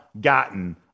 gotten